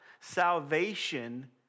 salvation